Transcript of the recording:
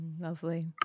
Lovely